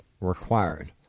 required